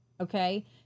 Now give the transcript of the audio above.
Okay